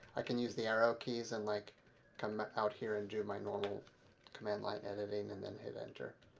i can use the arrow keys and like come out here and do my normal command line editing, and then hit enter.